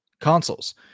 consoles